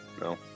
No